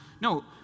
No